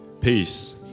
Peace